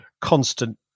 constant